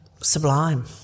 sublime